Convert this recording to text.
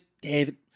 David